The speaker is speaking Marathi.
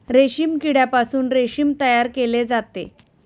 रेशीम किड्यापासून रेशीम तयार केले जाते